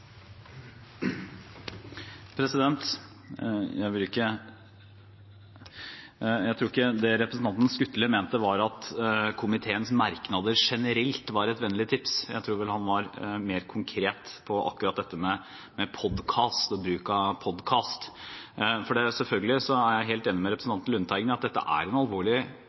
Jeg tror ikke det representanten Skutle mente, var at komiteens merknader generelt var et vennlig tips. Jeg tror vel han var mer konkret på akkurat dette med podkast og bruk av podkast. Selvfølgelig er jeg helt enig med representanten Lundteigen i at dette er en alvorlig